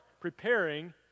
preparing